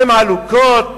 הם עלוקות